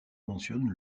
mentionne